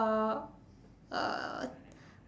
uh uh